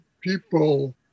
people